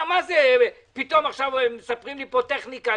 מה זה, פתאום עכשיו מספרים לי טכניקה?